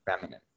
feminine